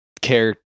care